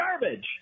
garbage